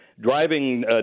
driving